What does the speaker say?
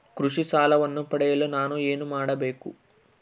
ಕೃಷಿ ಸಾಲವನ್ನು ಪಡೆಯಲು ನಾನು ಏನು ಮಾಡಬೇಕು?